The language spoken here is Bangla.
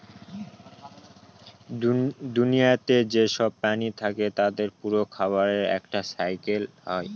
দুনিয়াতে যেসব প্রাণী থাকে তাদের পুরো খাবারের একটা সাইকেল হয়